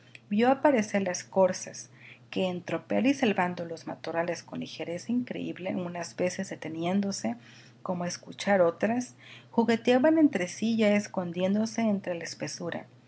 vio aparecer las corzas que en tropel y salvando los matorrales con ligereza increíble unas veces deteniéndose como a escuchar otras jugueteaban entre sí ya escondiéndose entre la espesura